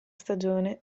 stagione